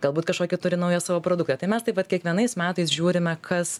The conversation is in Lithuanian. galbūt kažkokį turi naują savo produktą tai mes taip vat kiekvienais metais žiūrime kas